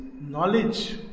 knowledge